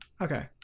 okay